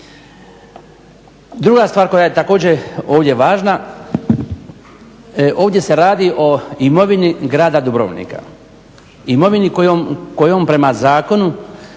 Druga stvar koja je također ovdje važna, ovdje se radi o imovini grada Dubrovnika, imovini kojom prema zakonu